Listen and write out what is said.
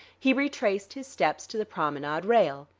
he retraced his steps to the promenade rail.